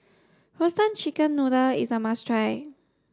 roasted chicken noodle is a must try